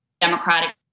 Democratic